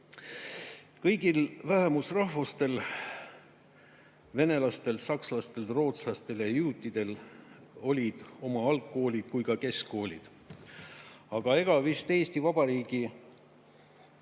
Kõigil vähemusrahvastel, venelastel, sakslastel, rootslastel ja juutidel – olid oma algkoolid kui ka keskkoolid. /---/ Aga ega vist Eesti Vabariigi